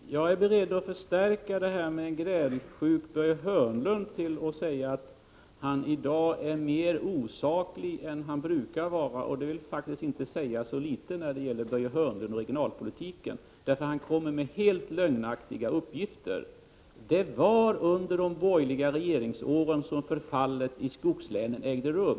Fru talman! Jag är beredd att förstärka mitt tal om en grälsjuk Börje Hörnlund med att säga att Börje Hörnlund i dag är mer osaklig än han brukar vara, och det vill faktiskt inte säga litet när det gäller honom och hans uttalanden i regionalpolitiken. Börje Hörnlund lämnar nämligen helt lögnaktiga uppgifter. Det var under de borgerliga regeringsåren som förfallet i skogslänen ägde rum.